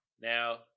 Now